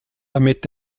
damit